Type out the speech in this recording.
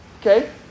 okay